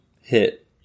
hit